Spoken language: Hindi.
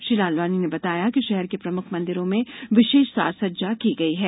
श्री लालवानी ने बताया कि षहर के प्रमुख मंदिरों में विषेष साज सज्जा की गई है